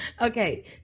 Okay